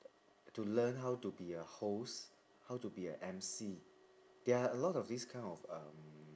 to learn how to be a host how to be a emcee there are a lot of these kind of um